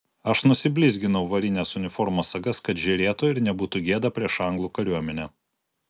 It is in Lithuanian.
aš nusiblizginau varines uniformos sagas kad žėrėtų ir nebūtų gėda prieš anglų kariuomenę